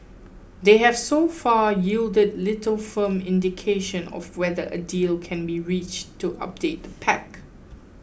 they have so far yielded little firm indication of whether a deal can be reached to update the pact